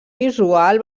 visual